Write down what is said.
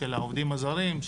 של העובדים הזרים,